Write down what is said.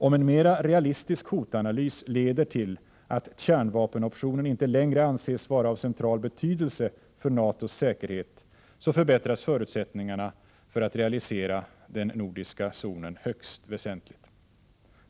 Om en mera realistisk hotanalys leder till att kärnvapenoptionen inte längre anses vara av central betydelse för NATO:s säkerhet, förbättras förutsättningarna för att realisera den nordiska zonen högst väsentligt.